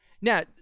now